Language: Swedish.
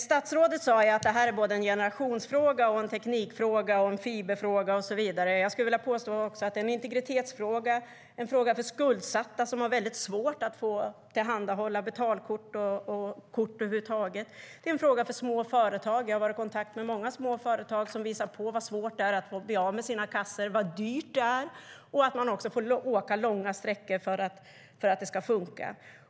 Statsrådet sade att det här är en generationsfråga, en teknikfråga, en fiberfråga och så vidare. Jag skulle vilja påstå att det också är en integritetsfråga, en fråga för skuldsatta som har väldigt svårt att få betalkort och kort över huvud taget. Det är en fråga för små företag. Jag har varit i kontakt med många små företag som visar på hur svårt och dyrt det är att bli av med sina kassor. De får åka långa sträckor för att det ska funka.